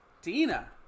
Dina